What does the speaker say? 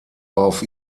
auf